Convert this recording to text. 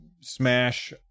Smash